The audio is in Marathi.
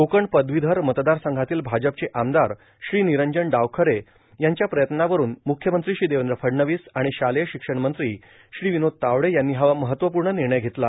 कोकण पदवीधर मतदारसंघातील भाजपचे आमदार श्री निरंजन डावखरे यांच्या प्रयत्नांवरून मुख्यमंत्री श्री देवेंद्र फडणवीस आणि शालेय शिक्षण मंत्री श्री विनोद तावडे यांनी हा महत्वपूर्ण निर्णय घेतला